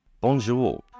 Bonjour